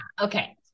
okay